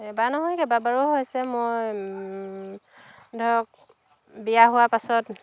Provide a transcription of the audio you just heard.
এবাৰ নহয় কেইবাবাৰো হৈছে মই ধৰক বিয়া হোৱাৰ পাছত